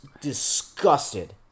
disgusted